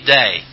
day